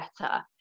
better